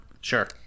Sure